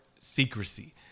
secrecy